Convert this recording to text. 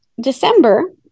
December